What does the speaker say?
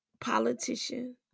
politician